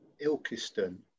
Ilkeston